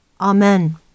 Amen